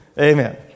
Amen